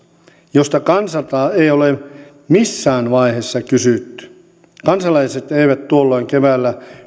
josta kansalta ei ole missään vaiheessa kysytty kansalaiset eivät tuolloin keväällä